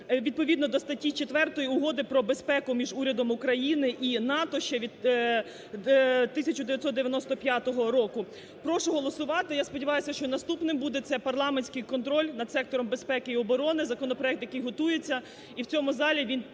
відповідно до статті 4 Угоди про безпеку між урядом України і НАТО ще від 1995 року. Прошу голосувати, я сподіваюся, що наступним буде це парламентський контроль над сектором безпеки і оборони, законопроект, який готується,